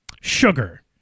sugar